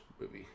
movie